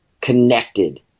connected